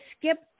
skip